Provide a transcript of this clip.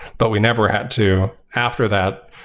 but we never had to, after that,